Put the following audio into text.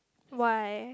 why